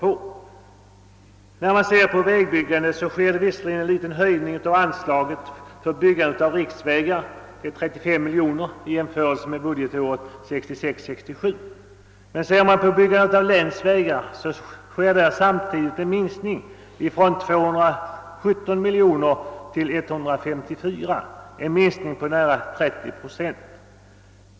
En liten höjning sker visserligen av anslaget för byggande av riksvägar — ökningen är 35 miljoner kronor från budgetåret 1966/67 — men i fråga om anslaget till byggande av länsvägar sker samtidigt en minskning från 217 till 154 miljoner kronor, en minskning med nära 30 procent.